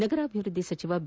ನಗರಾಭಿವೃದ್ದಿ ಸಚಿವ ಬಿ